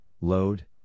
Load